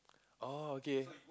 oh okay